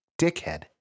dickhead